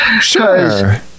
sure